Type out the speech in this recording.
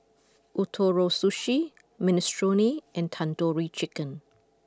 Ootoro Sushi Minestrone and Tandoori Chicken